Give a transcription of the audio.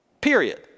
period